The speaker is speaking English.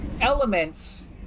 elements